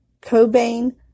Cobain